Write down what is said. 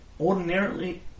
Ordinarily